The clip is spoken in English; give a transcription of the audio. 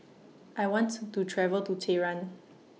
I want to travel to Tehran